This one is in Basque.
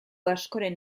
askoren